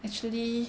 actually